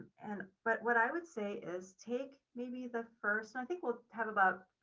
and but what i would say is take maybe the first i think we'll have about,